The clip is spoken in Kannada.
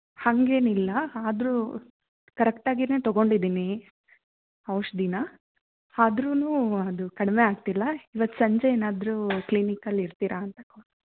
ಹಾಗೇನಿಲ್ಲ ಆದರೂ ಕರೆಕ್ಟಾಗಿನೆ ತೊಗೊಂಡಿದೀನಿ ಔಷಧೀನ ಆದ್ರೂನೂ ಅದು ಕಡಿಮೆ ಆಗ್ತಿಲ್ಲ ಇವತ್ತು ಸಂಜೆ ಏನಾದ್ರೂ ಕ್ಲಿನಿಕ್ಕಲ್ಲಿ ಇರ್ತೀರಾ ಅಂತ ಕಾಲ್